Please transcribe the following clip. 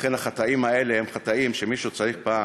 ולכן החטאים האלה הם חטאים שמישהו צריך פעם